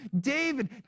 David